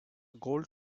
gold